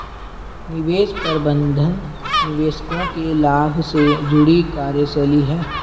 निवेश प्रबंधन निवेशकों के लाभ से जुड़ी कार्यशैली है